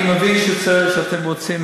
אני מבין שאתם רוצים